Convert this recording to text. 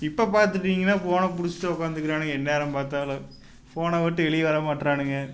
இப்போ பார்த்துட்டீங்கன்னா ஃபோனை பிடிச்சிட்டு உக்காந்துக்குறானுங்க எந்நேரம் பார்த்தாலும் ஃபோனை விட்டு வெளிய வர மாட்டேறானுங்க